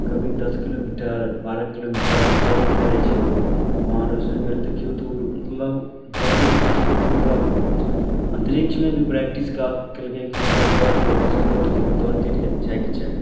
कभी दस किलोमीटर बारह किलोमीटर दौड़ते रहै छै हमर उसैन बोल्ट देखिऔ मतलब दौड़के पीछे देखिऔ तऽ अन्तरिक्षमे भी प्रैक्टिस कऽ केलकै हइ कि मतलब दौड़के उसैन बोल्टके भी दौड़के लिए जाइके चाही